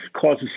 causes